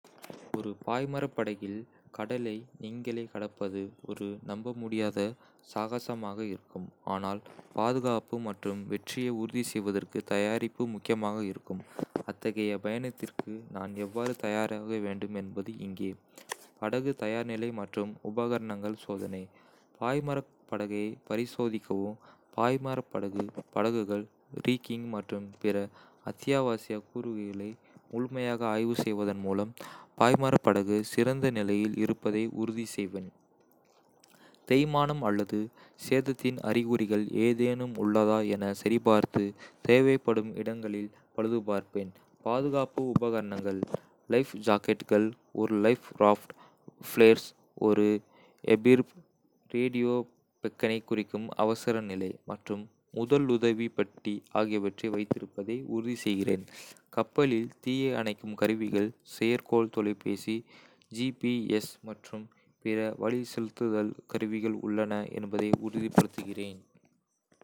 ஒரு பாய்மரப் படகில் கடலை நீங்களே கடப்பது ஒரு நம்பமுடியாத சாகசமாக இருக்கும், ஆனால் பாதுகாப்பு மற்றும் வெற்றியை உறுதி செய்வதற்கு தயாரிப்பு முக்கியமாக இருக்கும். அத்தகைய பயணத்திற்கு நான் எவ்வாறு தயாராக வேண்டும் என்பது இங்கே. படகு தயார்நிலை மற்றும் உபகரணங்கள் சோதனை. பாய்மரப் படகை பரிசோதிக்கவும்: பாய்மரப் படகு, படகுகள், ரிக்கிங் மற்றும் பிற அத்தியாவசிய கூறுகளை முழுமையாக ஆய்வு செய்வதன் மூலம் பாய்மரப் படகு சிறந்த நிலையில் இருப்பதை உறுதி செய்வேன். தேய்மானம் அல்லது சேதத்தின் அறிகுறிகள் ஏதேனும் உள்ளதா எனச் சரிபார்த்து, தேவைப்படும் இடங்களில் பழுதுபார்ப்பேன். பாதுகாப்பு உபகரணங்கள்: லைஃப் ஜாக்கெட்டுகள், ஒரு லைஃப் ராஃப்ட், ஃபிளேர்ஸ், ஒரு EPIRB ரேடியோ பெக்கனைக் குறிக்கும் அவசர நிலை மற்றும் முதலுதவி பெட்டி ஆகியவற்றை வைத்திருப்பதை உறுதிசெய்கிறேன். கப்பலில் தீயை அணைக்கும் கருவிகள், செயற்கைக்கோள் தொலைபேசி, ஜிபிஎஸ் மற்றும் பிற வழிசெலுத்தல் கருவிகள் உள்ளன என்பதை உறுதிப்படுத்துகிறேன்.